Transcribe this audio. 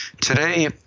Today